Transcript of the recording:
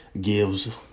gives